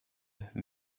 werden